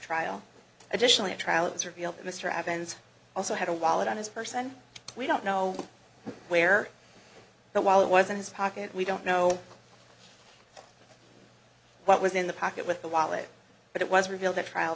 trial additionally at trial it was revealed that mr evans also had a wallet on his person we don't know where but while it was in his pocket we don't know what was in the pocket with the wallet but it was revealed that trial